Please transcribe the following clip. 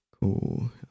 cool